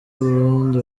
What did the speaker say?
burundi